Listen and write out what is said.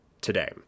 today